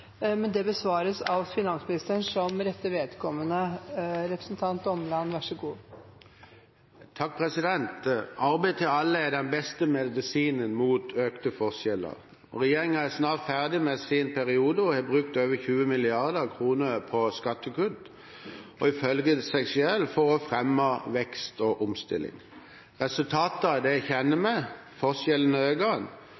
den beste medisinen mot økte forskjeller. Regjeringen er snart ferdig med sin periode og har brukt over 20 mrd. kroner på skattekutt, ifølge seg selv for å fremme vekst og omstilling.